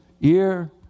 ear